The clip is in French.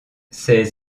ses